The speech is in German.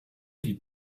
die